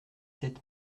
sept